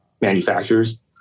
manufacturers